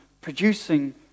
producing